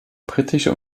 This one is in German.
britische